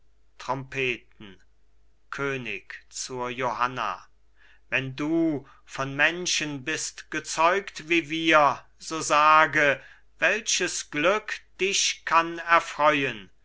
trompeten könig zur johanna wenn du von menschen bist gezeugt wie wir so sage welches glück dich kann erfreuen